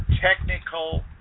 technical